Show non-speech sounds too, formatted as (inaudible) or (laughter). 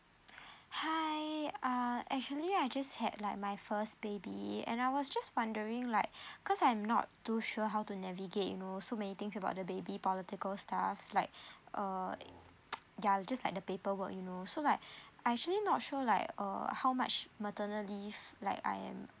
(breath) hi uh actually I just had like my first baby and I was just wondering like (breath) cause I'm not too sure how to navigate you know so many things about the baby political stuff like uh (noise) yeah just like the paperwork you know so like I actually not sure like err how much maternal leave like I'm